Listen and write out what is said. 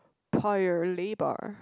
Paya-Lebar